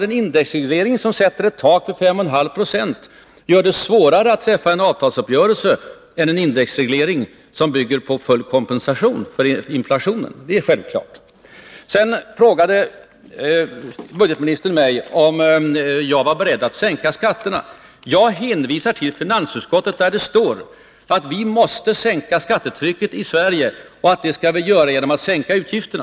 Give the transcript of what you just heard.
En indexreglering som sätter ett tak vid 5,5 96 gör det naturligtvis svårare att träffa en avtalsuppgörelse än en indexreglering som bygger på full kompensation för inflationen — det är självklart. Budgetministern frågade mig om jag var beredd att sänka skatterna. Jag hänvisar till finansutskottet, som skriver att vi måste sänka skattetrycket i Sverige och att vi skall göra det genom att sänka utgifterna.